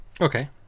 Okay